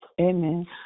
Amen